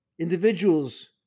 individuals